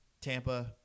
Tampa